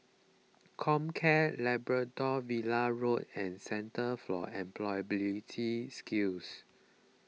Comcare Labrador Villa Road and Centre for Employability Skills